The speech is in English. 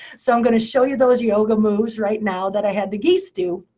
so i'm going to show you those yoga moves right now that i had the geese do.